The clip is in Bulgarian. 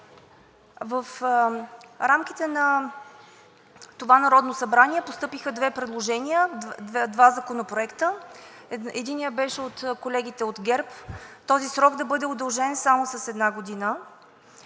В рамките на това Народно събрание постъпиха две предложения – два законопроекта. Единият беше от колегите от ГЕРБ – този срок да бъде удължен само с една година.